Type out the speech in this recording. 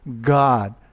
God